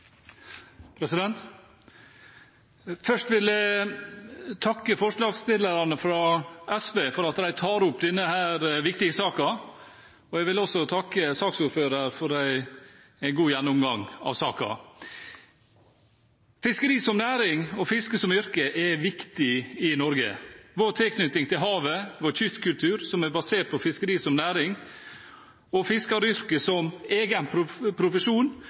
dem. Først vil jeg takke forslagsstillerne fra SV for at de tar opp denne viktige saken, og jeg vil også takke saksordføreren for en god gjennomgang av saken. Fiskeri som næring og fiske som yrke er viktig i Norge. Vår tilknytning til havet, vår kystkultur, som er basert på fiskeri som næring og fiskeryrket som